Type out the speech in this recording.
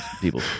people